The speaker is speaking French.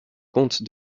compte